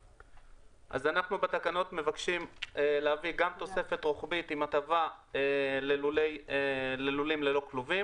אנחנו בתקנות מבקשים להביא גם תוספת רוחבית עם הטבה ללולים ללא כלובים